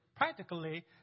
Practically